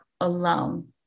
alone